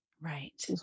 Right